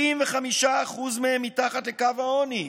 65% מהם מתחת לקו העוני.